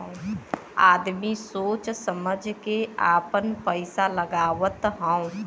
आदमी सोच समझ के आपन पइसा लगावत हौ